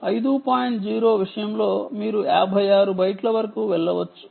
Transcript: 0 విషయంలో మీరు 56 బైట్ల వరకు వెళ్ళవచ్చు